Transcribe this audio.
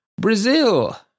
Brazil